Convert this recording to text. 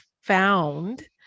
found